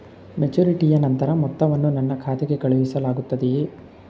ಮೆಚುರಿಟಿಯ ನಂತರ ಮೊತ್ತವನ್ನು ನನ್ನ ಖಾತೆಗೆ ಕಳುಹಿಸಲಾಗುತ್ತದೆಯೇ?